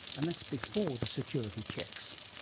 and that's before the security checks.